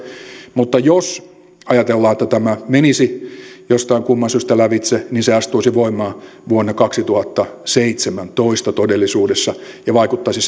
eli jos ajatellaan että tämä menisi jostain kumman syystä lävitse niin se astuisi voimaan vuonna kaksituhattaseitsemäntoista todellisuudessa ja vaikuttaisi